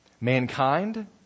mankind